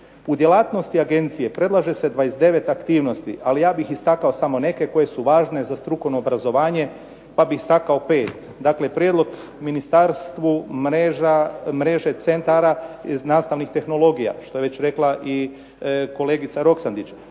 U djelatnosti agencije predlaže se 29 aktivnosti, ali ja bih istakao samo neke koje su važne za strukovno obrazovanje pa bih istakao pet. Dakle prijedlog ministarstvu mreže centara iz nastavnih tehnologija, što je već rekla i kolegica Roksandić.